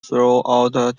throughout